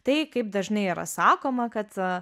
tai kaip dažnai yra sakoma kad